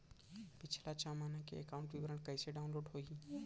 पिछला छः महीना के एकाउंट विवरण कइसे डाऊनलोड होही?